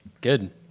good